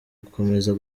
gukomeza